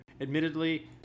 Admittedly